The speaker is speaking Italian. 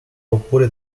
oppure